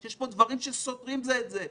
שיש פה דברים שסותרים זה את זה.